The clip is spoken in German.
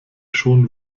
schon